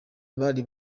bari